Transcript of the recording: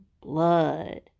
blood